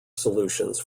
solutions